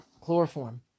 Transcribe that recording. chloroform